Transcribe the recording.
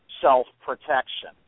self-protection